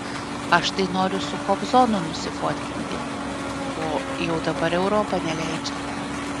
aš tai noriu su kobzonu nusifotkinti bo jau dabar europa neleidžia